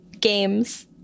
games